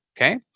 okay